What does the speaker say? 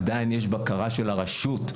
עדיין יש בקרה של הרשות,